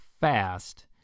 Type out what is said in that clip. fast